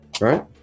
Right